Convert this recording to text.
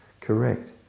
Correct